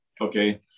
okay